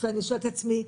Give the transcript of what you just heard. ואני שואלת את עצמי,